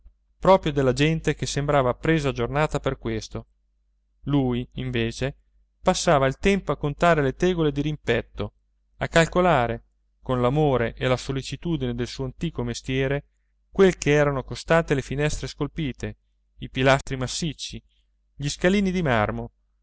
proprio della gente che sembrava presa a giornata per questo lui invece passava il tempo a contare le tegole dirimpetto a calcolare con l'amore e la sollecitudine del suo antico mestiere quel che erano costate le finestre scolpite i pilastri massicci gli scalini di marmo